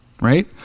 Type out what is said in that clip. right